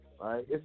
Right